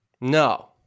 No